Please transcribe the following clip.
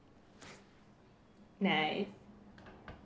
nice